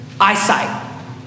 eyesight